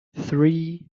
three